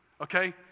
okay